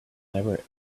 never